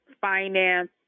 finance